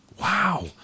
Wow